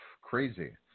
Crazy